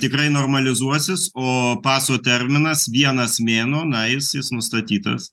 tikrai normalizuosis o paso terminas vienas mėnuo na jis jis nustatytas